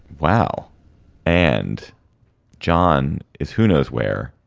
wow and john is who knows where.